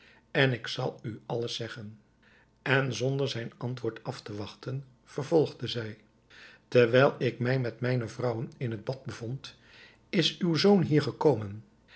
en ik zal u alles zeggen en zonder zijn antwoord af te wachten vervolgde zij terwijl ik mij met mijne vrouwen in het bad bevond is uw zoon hier gekomen